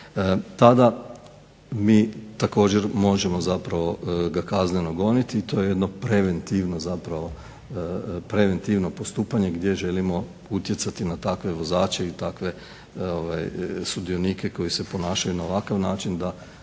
tada mi također možemo zapravo ga kazneno goniti i to je jedno preventivno postupanje gdje želimo utjecati na takve vozače i takve sudionike koji se ponašaju na ovakav način da